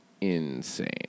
insane